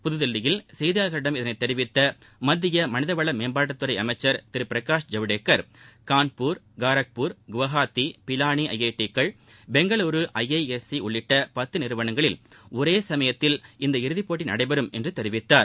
புதுதில்லியில் செய்தியாளர்களிடம் இதனைத் தெரிவித்த மத்திய மனிதவள மேம்பாட்டுத்துறை அமைச்சர் Thiru Prakash Javadekar Kanpur Kharagpur Guwahati Pilani I I T க்கள் பெங்களுரு ஐ எஸ் சி உள்ளிட்ட பத்து நிறுவனங்களில் ஒரே சமயத்தில் இந்த இறுதிப் போட்டி நடைபெறும் என்று தெரிவித்தார்